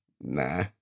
nah